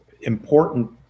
important